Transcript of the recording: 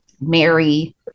Mary